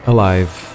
Alive